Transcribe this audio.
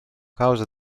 causa